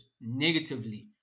negatively